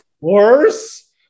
worse